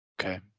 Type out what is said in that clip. Okay